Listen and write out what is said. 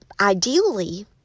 ideally